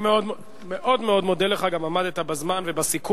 אני מאוד מאוד מודה לך, גם עמדת בזמן ובסיכום.